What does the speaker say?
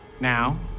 Now